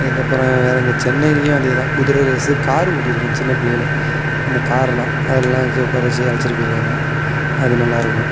அதுக்கப்புறம் வேறு எங்கே சென்னைலைலும் அதே தான் குதிரை ரேஸு கார் ஓட்டிருக்கன் சின்ன பிள்ளைல அந்த காரெல்லாம் அதுலல்லாம் உக்கார வச்சு அழைச்சிட்டு போயிருக்காங்க அது நல்லா இருக்கும்